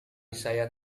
saya